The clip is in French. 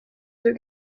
deux